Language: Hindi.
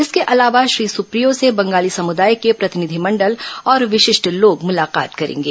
इसके अलावा श्री सुप्रियो से बंगाली समुदाय के प्रतिनिधिमंडल और विशिष्ट लोग मुलाकात करेंगे